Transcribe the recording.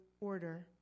order